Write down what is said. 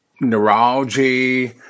neurology